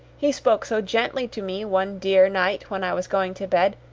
he spoke so gently to me one dear night when i was going to bed,